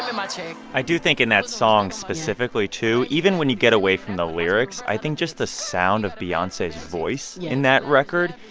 ah i do think in that song specifically too, even when you get away from the lyrics, i think just the sound of beyonce's voice in that record.